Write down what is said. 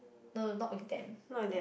no no not with them ya